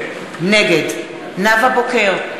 נגד נאוה בוקר,